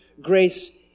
grace